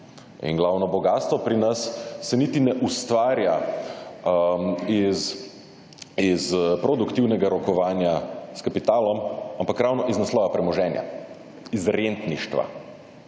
In glavno bogastvo pri nas se niti ne ustvarja iz produktivnega rokovanja s kapitalom, ampak ravno iz naslova premoženja. Iz rentništva.